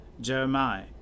Jeremiah